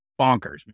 bonkers